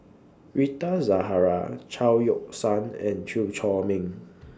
Rita Zahara Chao Yoke San and Chew Chor Meng